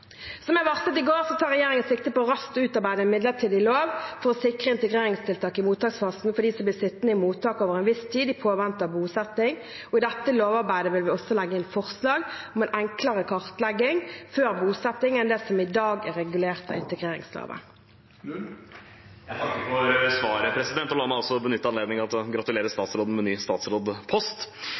Som jeg varslet i går, tar regjeringen sikte på raskt å utarbeide en midlertidig lov for å sikre integreringstiltak i mottaksfasen for dem som blir sittende i mottak over en viss tid, i påvente av bosetting. I dette lovarbeidet vil vi også legge inn forslag om en enklere kartlegging før bosetting enn det som i dag er regulert av integreringsloven. Jeg takker for svaret, og la meg også benytte anledningen til å gratulere statsråden med ny